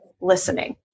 listening